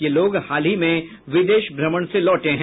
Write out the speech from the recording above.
ये लोग हाल ही में विदेश भ्रमण से लौटे हैं